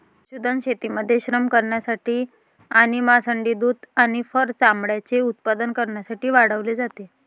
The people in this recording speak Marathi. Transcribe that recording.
पशुधन शेतीमध्ये श्रम करण्यासाठी आणि मांस, अंडी, दूध आणि फर चामड्याचे उत्पादन करण्यासाठी वाढवले जाते